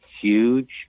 huge